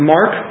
Mark